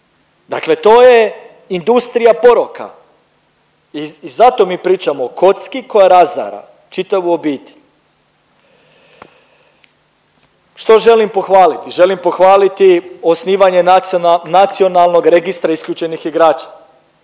Dakle, to je industrija poroka i zato mi pričamo o kocki koja razara čitavu obitelj. Što želim pohvaliti? Želim pohvaliti osnivanje Nacionalnog registra isključenih igrača,